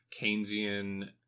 Keynesian